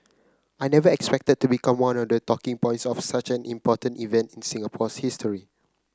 I never expected to become one of the talking points of such an important event in Singapore's history